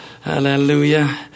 Hallelujah